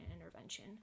intervention